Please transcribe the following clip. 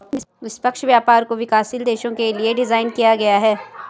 निष्पक्ष व्यापार को विकासशील देशों के लिये डिजाइन किया गया है